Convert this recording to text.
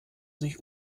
sich